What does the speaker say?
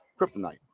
kryptonite